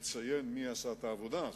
לציין מי עשה את העבודה הזאת.